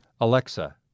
Alexa